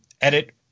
edit